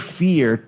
fear